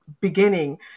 beginning